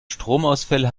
stromausfälle